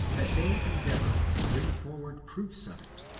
that they endeavour to bring forward proofs of it,